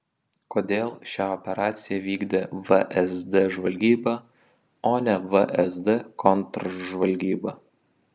kodėl šią operaciją vykdė vsd žvalgyba o ne vsd kontržvalgyba